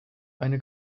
eine